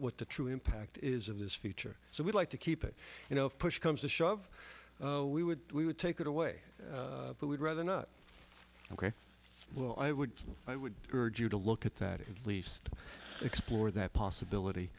what the true impact is of this feature so we'd like to keep it you know if push comes to shove we would we would take it away but would rather not ok well i would i would urge you to look at that at least explore that possibility